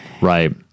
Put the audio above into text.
right